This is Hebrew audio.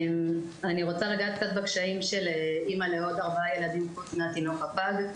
אני רוצה לגעת קצת בקשיים של אימא לעוד ארבעה ילדים חוץ מהתינוק הפג,